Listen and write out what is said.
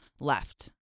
left